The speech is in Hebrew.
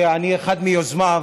שאני אחד מיוזמיו,